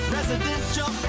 Residential